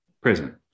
prison